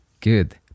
Good